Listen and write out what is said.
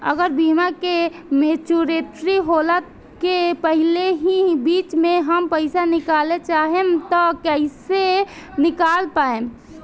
अगर बीमा के मेचूरिटि होला के पहिले ही बीच मे हम पईसा निकाले चाहेम त कइसे निकाल पायेम?